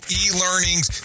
e-learnings